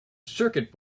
circuit